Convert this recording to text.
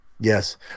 yes